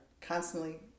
constantly